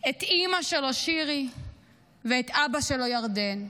את אימא שלו שירי ואת אבא שלו ירדן,